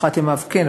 בהתחלת ימיו כן,